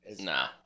nah